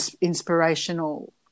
inspirational